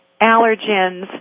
allergens